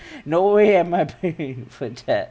no way I am not paying for that